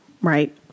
Right